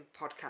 podcast